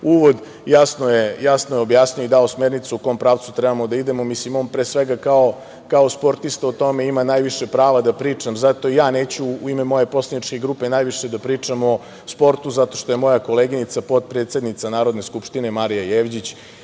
uvod. Jasno je objasnio i dao smernicu u kom pravcu trebamo da idemo, mislim on, pre svega, kao sportista u tome ima najviše prava da priča, zato ja neću u ime moje poslaničke grupe najviše da pričam o sportu zato što je moja koleginica, potpredsednica Narodne skupštine Marija Jevđić,